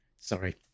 Sorry